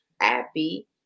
happy